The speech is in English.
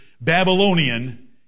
Babylonian